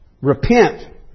Repent